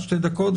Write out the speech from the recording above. שתי דקות,